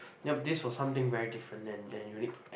yup this was something very different and unique